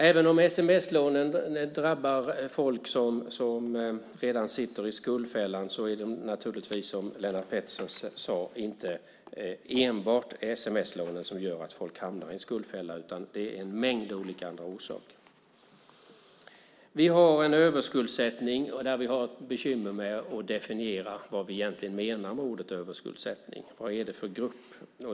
Även om sms-lånen drabbar folk som redan sitter i skuldfällan är det naturligtvis som Lennart Pettersson sade inte enbart sms-lånen som gör att folk hamnar i en skuldfälla, utan det finns en mängd olika orsaker. Vi har en överskuldsättning, även om vi har bekymmer med att definiera vad vi egentligen menar med ordet. Vad handlar det om för grupp?